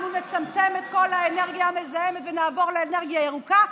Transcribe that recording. אנחנו נצמצם את כל האנרגיה המזהמת ונעבור לאנרגיה ירוקה.